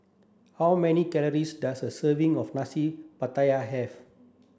how many calories does a serving of Nasi Pattaya have